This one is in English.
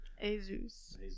Jesus